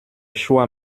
choix